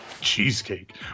Cheesecake